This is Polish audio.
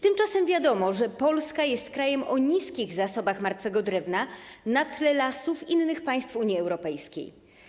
Tymczasem wiadomo, że Polska jest krajem o niskich zasobach martwego drewna na tle lasów w innych państwach Unii Europejskiej.